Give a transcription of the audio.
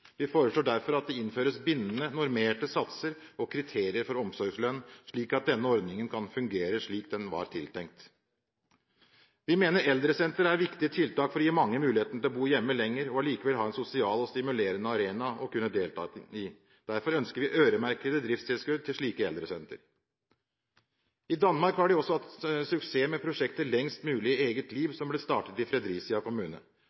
Vi foreslår derfor at det innføres bindende normerte satser og kriterier for omsorgslønn, slik at denne ordningen kan fungere slik den var tiltenkt. Vi mener eldresenter er viktige tiltak for å gi mange muligheten til å bo hjemme lenger og allikevel ha en sosial og stimulerende arena å kunne delta i. Derfor ønsker vi øremerkede driftstilskudd til slike eldresenter. I Danmark har de også hatt suksess med prosjektet «Længst muligt i eget liv», som ble startet i Fredericia kommune.